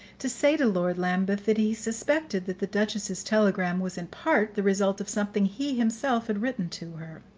to say to lord lambeth that he suspected that the duchess's telegram was in part the result of something he himself had written to her.